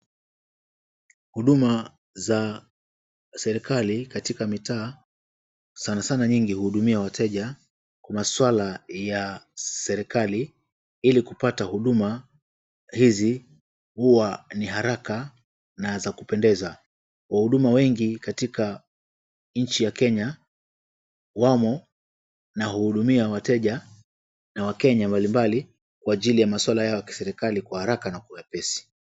Huduma za serikali katika mitaa sanasana nyingi huhudumia wateja. Kuna swala ya serikali ili kupata huduma hizi huwa ni haraka na za kupendeza. Wahuduma wengi katika nchi ya kenya wamo na huhudumia wateja na wakenya mbalimbali kwa ajili ya maswala yao ya kiserikali kwa haraka na kwa wepesi.